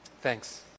Thanks